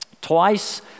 twice